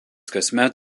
kasmet